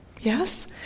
Yes